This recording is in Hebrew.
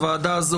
הוועדה הזאת